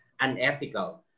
unethical